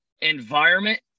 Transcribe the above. environment